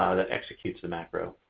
ah that executes the macro.